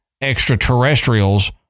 extraterrestrials